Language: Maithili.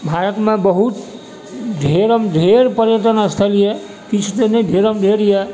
भारतमे बहुत ढ़ेरम ढ़ेर पर्यटन स्थल यऽ किछु टा नहि ढ़ेरम ढ़ेर यऽ